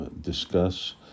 discuss